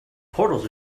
portals